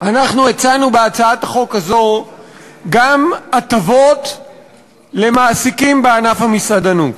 אנחנו הצענו בהצעת החוק הזו גם הטבות למעסיקים בענף המסעדנות.